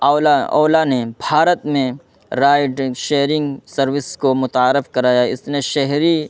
اولا اولا نے بھارت میں ride sharing service کو متعارف کرایا اس نے شہری